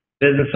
Business